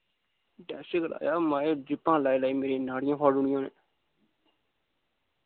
test कराया माएं ड्रिपां लाई लाई मेरी नाड़ियां फाड़ूड़ियां उ'नैं